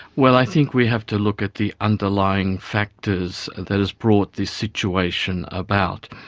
well i think we have to look at the underlying factors that has brought this situation about.